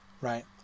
right